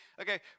Okay